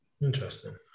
Interesting